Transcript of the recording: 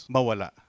Mawala